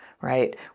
right